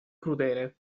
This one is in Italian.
crudele